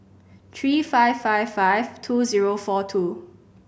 three five five five two four two